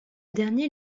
dernier